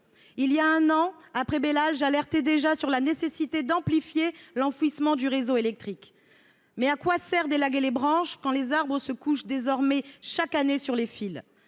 Voilà un an, après Belal, j’alertais déjà sur la nécessité d’amplifier l’enfouissement du réseau électrique. À quoi sert d’élaguer les branches, quand les arbres se couchent désormais chaque année sur les fils ?